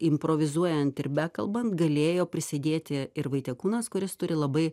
improvizuojant ir bekalbant galėjo prisidėti ir vaitekūnas kuris turi labai